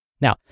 Now